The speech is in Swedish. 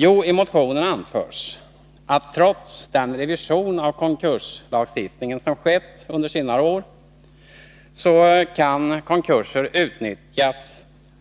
Jo, i motionen anförs, att trots den revision av konkurslagstiftningen som skett under senare år,